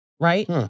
right